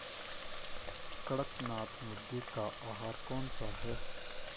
कड़कनाथ मुर्गे का आहार कौन सा है?